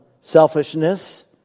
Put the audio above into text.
selfishness